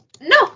no